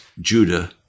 Judah